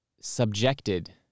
subjected